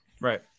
Right